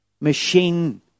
machine